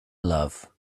love